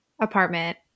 apartment